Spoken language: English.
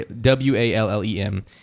W-A-L-L-E-M